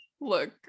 look